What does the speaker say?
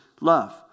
love